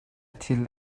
thil